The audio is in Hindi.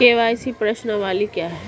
के.वाई.सी प्रश्नावली क्या है?